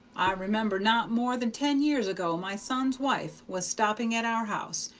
i remember not more than ten years ago my son's wife was stopping at our house,